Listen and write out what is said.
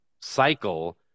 cycle